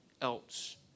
else